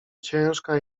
ciężka